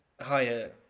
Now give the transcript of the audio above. higher